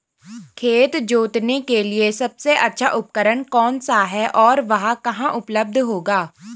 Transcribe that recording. खेत जोतने के लिए सबसे अच्छा उपकरण कौन सा है और वह कहाँ उपलब्ध होगा?